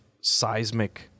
seismic